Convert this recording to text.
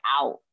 out